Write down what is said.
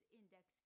index